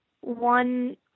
one